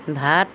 ভাত